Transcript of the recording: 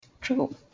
true